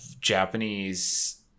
japanese